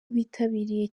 bitabiriye